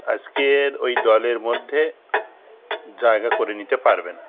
আজকের ওই দলের মধ্যে জায়গা করে নিতে পারবে না